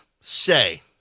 say